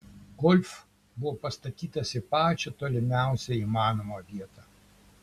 golf buvo pastatytas į pačią tolimiausią įmanomą vietą